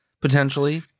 Potentially